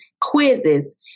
quizzes